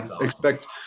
expect